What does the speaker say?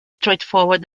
straightforward